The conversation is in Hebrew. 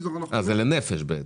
אז זה לנפש בעצם.